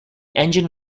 engine